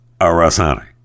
Arasani